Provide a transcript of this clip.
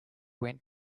went